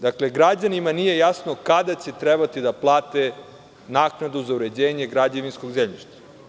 Dakle, građanima nije jasno kada će trebati da plate naknadu za uređenje građevinskog zemljišta.